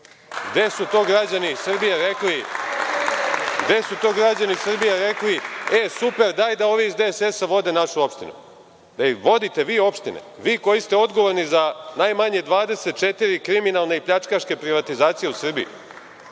Gde su to građani Srbije rekli – e, super, daj da ovi iz DSS vode našu opštinu? Da vodite vi opštine, vi koji ste odgovorni za najmanje 24 kriminalne i pljačkaške privatizacije u Srbiji,